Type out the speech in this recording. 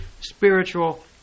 spiritual